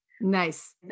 Nice